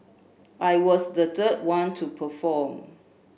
I was the third one to perform